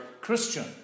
Christian